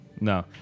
no